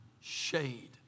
shade